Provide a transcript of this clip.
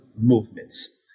movements